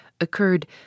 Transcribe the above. occurred